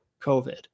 COVID